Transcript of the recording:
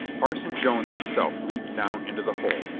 parson jones himself leaped down into the hole,